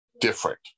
different